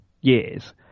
years